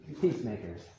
Peacemakers